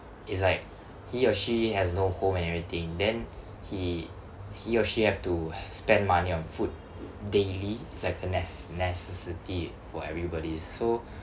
it's like he or she has no home and everything then he he or she have to h~ spend money on food daily it's like a ness~ necessity for everybody so